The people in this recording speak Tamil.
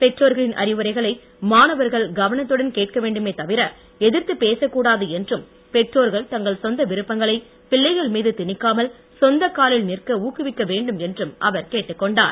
பெற்றோர்களின் அறிவுரைகளை மாணவர்கள் கவனத்துடன் கேட்க வேண்டுமே தவிர எதிர்த்துப் பேசக் கூடாது என்றும் பெற்றோர்கள் தங்கள் சொந்த விருப்பங்களை பிள்ளைகள் மீது திணிக்காமல் சொந்தக் காலில் நிற்க ஊக்குவிக்க வேண்டும் என்றும் அவர் கேட்டுக்கொண்டார்